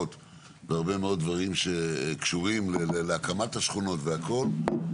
והרבה מאוד דברים שקשורים להקמת השכונות והכל,